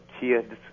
kids